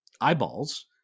eyeballs